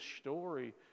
story